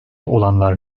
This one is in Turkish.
olanlar